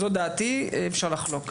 זו דעתי ואפשר לחלוק.